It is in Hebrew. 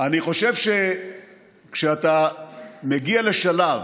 אני חושב שכשאתה מגיע לשלב,